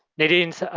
nadine's